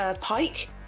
Pike